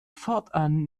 fortan